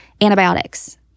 Antibiotics